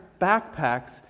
backpacks